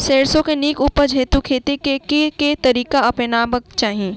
सैरसो केँ नीक उपज हेतु खेती केँ केँ तरीका अपनेबाक चाहि?